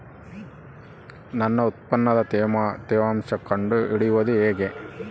ನನ್ನ ಉತ್ಪನ್ನದ ತೇವಾಂಶ ಕಂಡು ಹಿಡಿಯುವುದು ಹೇಗೆ?